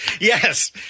Yes